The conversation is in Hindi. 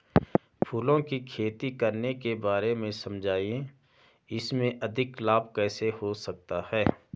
फूलों की खेती करने के बारे में समझाइये इसमें अधिक लाभ कैसे हो सकता है?